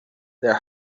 their